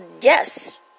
yes